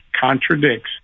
contradicts